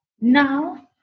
now